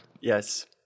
Yes